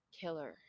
killer